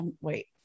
wait